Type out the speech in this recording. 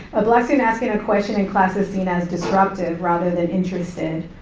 a black student asking a question in class is seen as disruptive rather than interested,